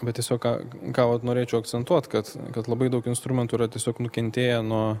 bet tiesiog ką ką vat norėčiau akcentuot kad kad labai daug instrumentų yra tiesiog nukentėję nuo